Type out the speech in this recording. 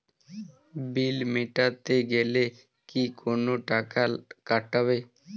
বিল মেটাতে গেলে কি কোনো টাকা কাটাবে?